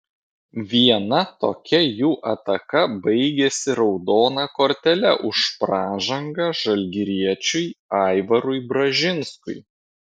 viena tokia jų ataka baigėsi raudona kortele už pražangą žalgiriečiui aivarui bražinskui